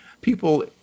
people